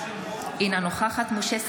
אינה נוכחת משה סעדה,